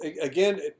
Again